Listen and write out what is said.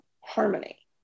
harmony